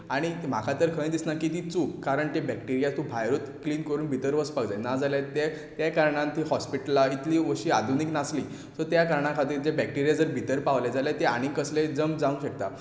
आनी म्हाका तर खंयच दिसना की ती चूक कारण बॅक्टिरिया तूं भायरूच क्लिन करून भितर वचपाक जाय ना जाल्यार तूं हॉस्पिटलांत त्या काळांत इतलीं अशीं आधुनीक नासलीं सो त्या कारणा खातीर ते बॅक्टिरिया जर भितर पावले जाल्यार ते आनी कसलेय जर्म्स जावंक शकता